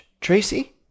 Tracy